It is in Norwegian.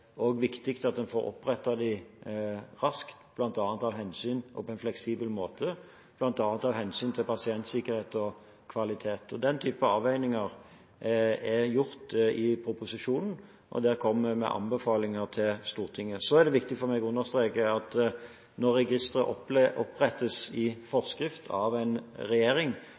på en fleksibel måte, bl.a. av hensyn til pasientsikkerhet og kvalitet. Den typen avveininger er gjort i proposisjonen, og der kommer vi med anbefalinger til Stortinget. Det er viktig for meg å understreke at når registre opprettes i forskrift av en regjering,